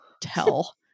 tell